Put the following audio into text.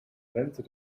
rente